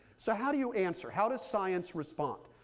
so how do you answer? how does science respond?